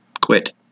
Quit